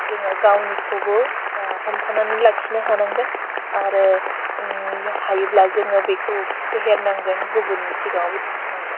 जोङो गावनिखौबो हमथानानै लाखिनो हानांगोन आरो हायोब्ला जोङो बेखौ फेहेरनांगोन गुबुननि सिगाङावबो दिन्थिनांगोन